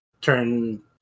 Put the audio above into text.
turn